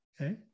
Okay